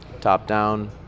Top-down